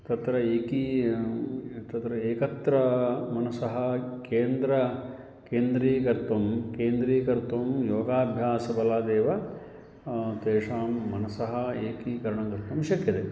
तत्र एकी तत्र एकत्र मनसः केन्द्रं केन्द्रीकर्तुं केन्द्रीकर्तुं योगाभ्यासबलादेव तेषां मनसः एकीकरणं कर्तुं शक्यते